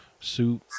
suit